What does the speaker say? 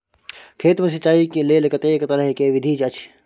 खेत मे सिंचाई के लेल कतेक तरह के विधी अछि?